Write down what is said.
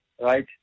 right